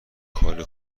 کار